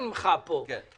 פה עוד חוק.